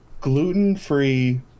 Gluten-free